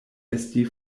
esti